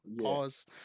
Pause